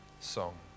song